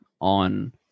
on